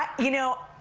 you know,